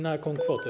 Na jaką kwotę?